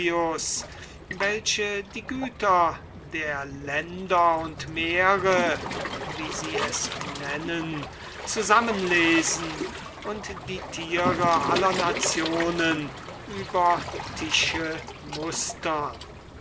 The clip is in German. welche die güter der länder und meere wie sie es nennen zusammenlesen und die thiere aller nationen über tische mustern